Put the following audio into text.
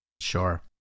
Sure